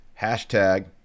Hashtag